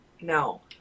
no